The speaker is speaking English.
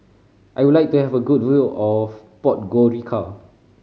I would like to have a good view of Podgorica